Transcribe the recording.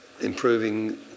improving